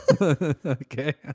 Okay